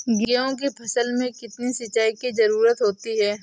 गेहूँ की फसल में कितनी सिंचाई की जरूरत होती है?